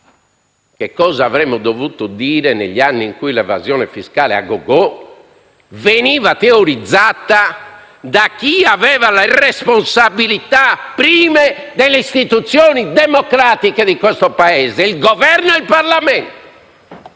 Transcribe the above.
chiedo cosa avremmo dovuto dire negli anni in cui l'evasione fiscale a gogò veniva teorizzata da chi aveva le responsabilità prime delle istituzioni democratiche di questo Paese, il Governo e il Parlamento.